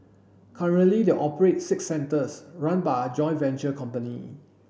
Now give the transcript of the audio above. currently they operate six centres run by a joint venture company